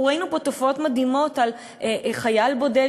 אנחנו ראינו פה תופעות מדהימות: חייל בודד,